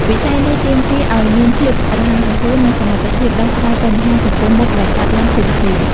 វិស័យនេះទាមទារឱ្យមានភាពរហ័សរហួន និងសមត្ថភាពដោះស្រាយបញ្ហាចំពោះមុខដែលកើតឡើងភ្លាមៗ។